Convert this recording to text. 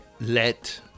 Let